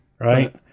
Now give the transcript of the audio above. right